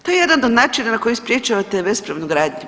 To je jedan način na koji sprječavate bespravnu gradnju.